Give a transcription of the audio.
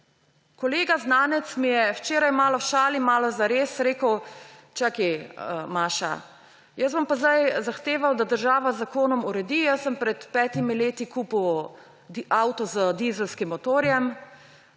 Kolega znanec mi je včeraj malo v šali malo zares rekel: »Čakaj, Maša, jaz bom pa zdaj zahteval, da država z zakonom uredi, jaz sem pred petimi leti kupil avto z dizelskim motorjem.